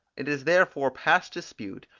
it is therefore past dispute,